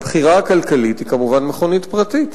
הבחירה הכלכלית היא כמובן מכונית פרטית.